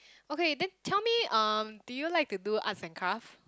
okay then tell me um do you like to do Arts and Craft